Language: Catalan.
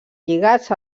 lligats